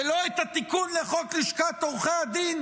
ולא את התיקון לחוק לשכת עורכי הדין